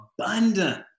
abundant